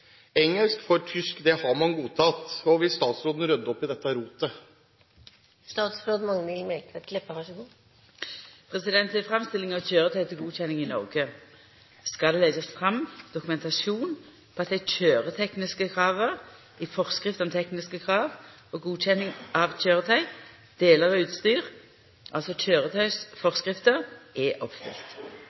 engelsk, for tysk har man godtatt. Vil statsråden rydde opp i dette rotet?» Ved framstilling av køyretøy til godkjenning i Noreg skal det leggjast fram dokumentasjon på at dei køyretøytekniske krava i «forskrift om tekniske krav og godkjenning av kjøretøy, deler og utstyr» – altså køyretøyforskrifta – er